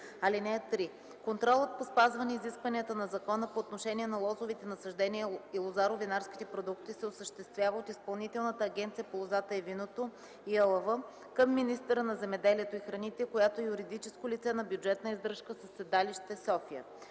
(3) Контролът по спазване изискванията на закона по отношение на лозовите насаждения и лозаро-винарските продукти се осъществява от Изпълнителна агенция по лозата и виното (ИАЛВ) към министъра на земеделието и храните, която е юридическо лице на бюджетна издръжка със седалище София.